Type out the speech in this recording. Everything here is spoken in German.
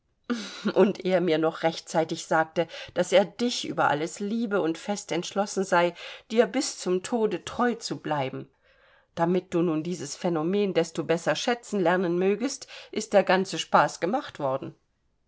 und er mir noch rechtzeitig sagte daß er dich über alles liebe und fest entschlossen sei dir bis zum tode treu zu bleiben damit du nun dieses phänomen desto besser schätzen lernen mögest ist der ganze spaß gemacht worden